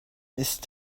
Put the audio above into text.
ist